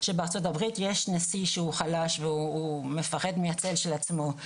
שבארצות הברית יש נשיא שהוא חלש והוא מפחד מהצל של עצמו.